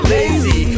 Lazy